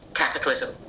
capitalism